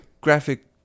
graphic